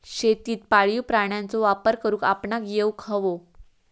शेतीत पाळीव प्राण्यांचो वापर करुक आपणाक येउक हवो